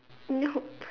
nope